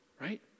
right